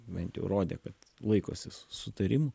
bent jau rodė kad laikosi sutarimų